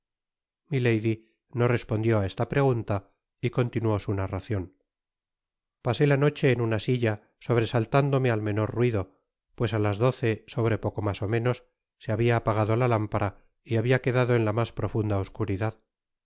no respondió á esta pregunta y continuó su narracion pasé la noche en una silla sobresaltándome al menor ruido pues á las doce sobre poco mas ó menos se habia apagado la lámpara y habia quedado en la mas profunda oscuridad